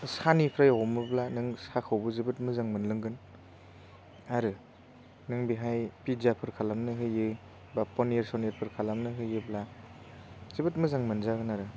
सानिफ्राय हमोब्ला नों साखौबो जोबोद मोजां मोनलोंगोन आरो नों बेहाय पिज्जाफोर खालामनो होयो बा पनिर सनिरफोर खालामनो होयोब्ला जोबोद मोजां मोनजागोन आरो